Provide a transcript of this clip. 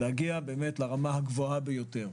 להגיע לרמה הגבוהה ביותר.